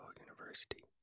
university